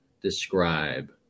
describe